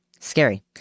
Scary